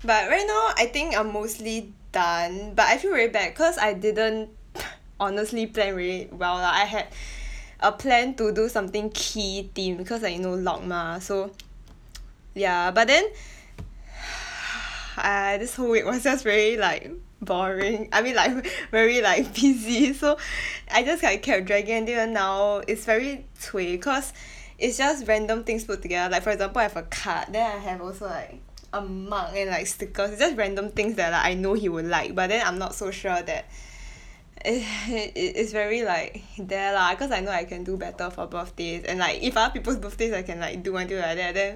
but right now I think I'm mostly done but I feel really bad cause I didn't honestly plan really well lah I had a plan to do something key theme because like you know lock mah so ya but then !aiya! this whole week was just very like boring I mean like very like busy so I just like kept dragging until now it's very cui cause it's just random things put together like for example I have a card then I have also like a mug and like stickers it's just random things that like I know he would like but then I'm not so sure that ugh i~ it's very like there lah cause I know I can do better for birthdays and like if other people's birthday I can like do until like that then